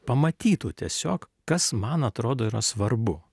pamatytų tiesiog kas man atrodo yra svarbu